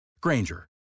Granger